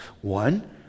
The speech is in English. One